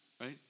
right